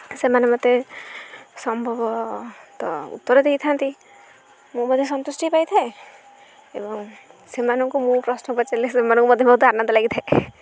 ସେମାନେ ମତେ ସମ୍ଭବତଃ ଉତ୍ତର ଦେଇଥାନ୍ତି ମୁଁ ମଧ୍ୟ ସନ୍ତୁଷ୍ଟି ପାଇଥାଏ ଏବଂ ସେମାନଙ୍କୁ ମୁଁ ପ୍ରଶ୍ନ କରିଚାରିଲେ ସେମାନଙ୍କୁ ମଧ୍ୟ ବହୁତ ଆନନ୍ଦ ଲାଗିଥାଏ